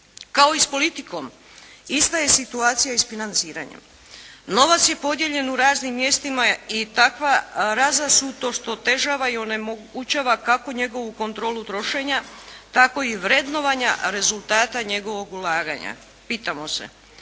Kao i s politikom ista je situacija i s financiranjem. Novac je podijeljen u raznim mjestima i takva razasutost otežava i onemogućava kako njegovu kontrolu trošenja tako i vrednovanja rezultata njegovog ulagnaja. Pitamo se